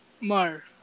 Mar